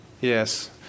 Yes